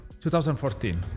2014